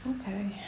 Okay